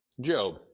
Job